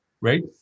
right